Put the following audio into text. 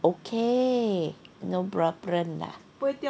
okay no problem lah